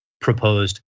proposed